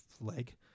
leg